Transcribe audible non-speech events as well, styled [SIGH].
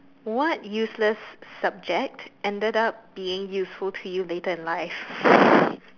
what useless subject ended up being useful to you later in life [LAUGHS]